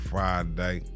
Friday